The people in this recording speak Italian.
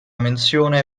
menzione